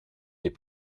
des